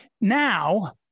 Now